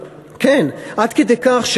עד כדי כך,